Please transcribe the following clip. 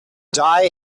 die